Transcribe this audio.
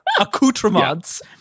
accoutrements